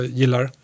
gillar